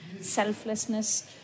selflessness